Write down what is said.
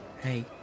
Hey